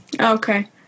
Okay